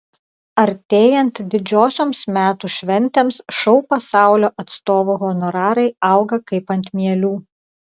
artėjant didžiosioms metų šventėms šou pasaulio atstovų honorarai auga kaip ant mielių